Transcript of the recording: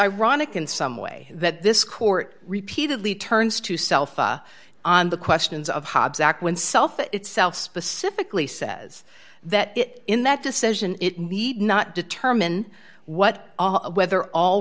ironic in some way that this court repeatedly turns to self on the questions of hobbs act when south itself specifically says that it in that decision it need not determine what whether all